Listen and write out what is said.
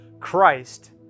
Christ